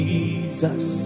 Jesus